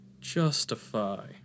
justify